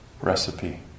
recipe